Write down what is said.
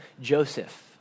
Joseph